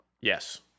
Yes